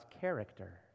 character